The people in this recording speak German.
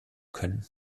können